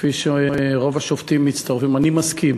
כפי שרוב השופטים מצטרפים: אני מסכים,